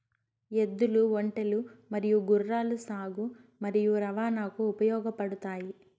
ఎద్దులు, ఒంటెలు మరియు గుర్రాలు సాగు మరియు రవాణాకు ఉపయోగపడుతాయి